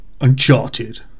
Uncharted